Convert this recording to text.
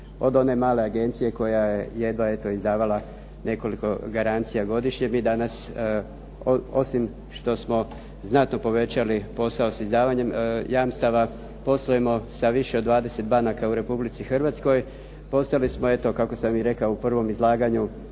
Od one male agencije koja je jedva eto izdavala nekoliko garancija godišnje mi danas osim što smo znatno povećali posao s izdavanjem jamstava poslujemo sa više od 20 banaka u Republici Hrvatskoj. Postali smo, eto kako sam i rekao u prvom izlaganju,